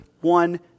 one